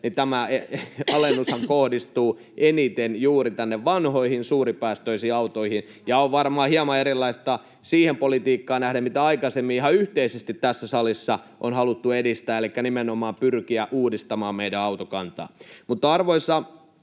tämä alennushan kohdistuu eniten juuri vanhoihin, suuripäästöisiin autoihin. [Kaisa Garedew: Hyvä!] Se on varmaan hieman erilaista siihen politiikkaan nähden, mitä aikaisemmin ihan yhteisesti tässä salissa on haluttu edistää, elikkä kun on nimenomaan haluttu pyrkiä uudistamaan meidän autokantaa. Arvoisa puhemies!